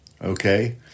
okay